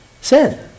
sin